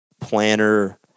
planner